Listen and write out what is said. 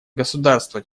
государства